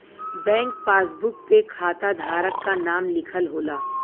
bank passbook पे खाता धारक क नाम लिखल होला